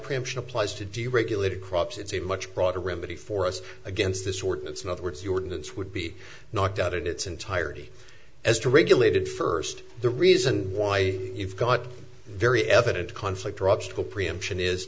preemption applies to deregulated crops it's a much broader remedy for us against this ordinance in other words you wouldn't it's would be knocked out in its entirety as to regulated first the reason why you've got very evident conflict or obstacle preemption is